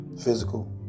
physical